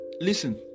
listen